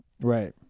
Right